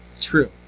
True